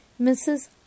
Mrs